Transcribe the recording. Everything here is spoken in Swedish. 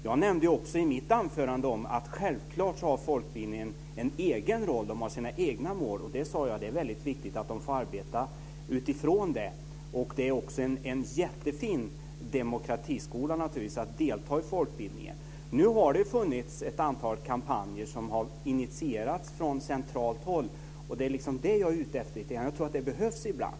Jag nämnde i mitt anförande att folkbildningen har sina egna mål och att det är väldigt viktigt att den får arbeta utifrån dem. Folkbildningen är också en jättefin demokratiskola. Man har från centralt håll initierat ett antal kampanjer, och jag tror att det ibland behövs sådana.